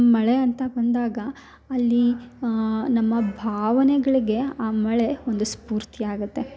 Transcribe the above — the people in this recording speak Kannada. ಮಳೆ ಅಂತ ಬಂದಾಗ ಅಲ್ಲಿ ನಮ್ಮ ಭಾವನೆಗಳಿಗೆ ಆ ಮಳೆ ಒಂದು ಸ್ಫೂರ್ತಿ ಆಗುತ್ತೆ